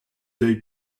deuil